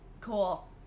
Cool